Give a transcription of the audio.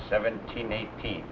seventeen eighteen